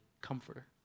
comforter